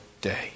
day